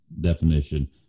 definition